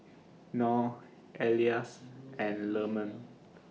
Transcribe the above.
Nor Elyas and Leman